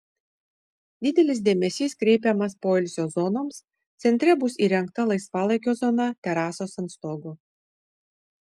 didelis dėmesys kreipiamas poilsio zonoms centre bus įrengta laisvalaikio zona terasos ant stogo